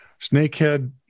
snakehead